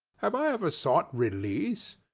have i ever sought release?